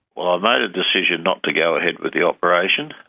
well, i've made a decision not to go ahead with the operation,